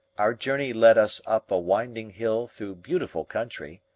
our journey led us up a winding hill through beautiful country.